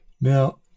now